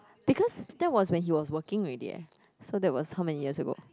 because that was when he was working already eh so that was how many years ago